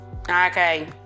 okay